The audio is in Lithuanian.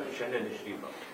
šiandien iš ryto